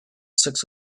six